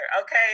okay